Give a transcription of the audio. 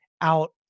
out